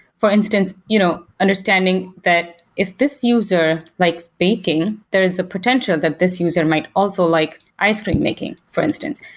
for instance, you know understanding that if this user likes baking, there's a potential that this user might also like ice cream making for instance.